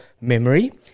memory